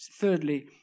thirdly